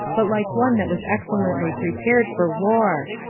but like one that was excellently prepared for war,